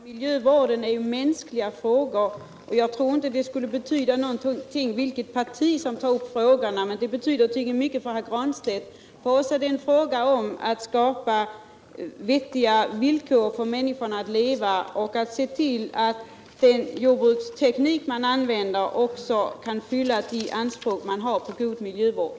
Herr talman! Miljövården gäller mänskliga frågor. Och jag trodde inte att det skulle betyda någonting vilket parti som tog upp dessa frågor. Men tydligen betyder det mycket för Pär Granstedt. För oss socialdemokrater är det fråga om att skapa vettigare villkor för människor att leva under och se till att den jordbruksteknik som används fyller de anspråk vi har på god miljövård.